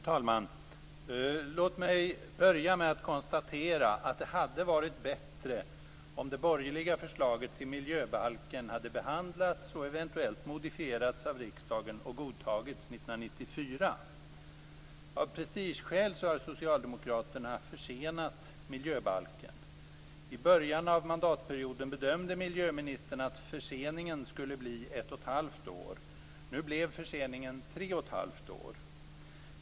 Fru talman! Låt mig börja med att konstatera att det hade varit bättre om det borgerliga förslaget till miljöbalken hade behandlats och eventuellt modifierats av riksdagen och godtagits år 1994. Av prestigeskäl har Socialdemokraterna försenat miljöbalken. I början av mandatperioden bedömde miljöministern att förseningen skulle bli ett och ett halvt år. Nu blev förseningen tre och ett halvt år.